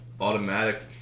automatic